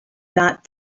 that